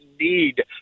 need